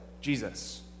Jesus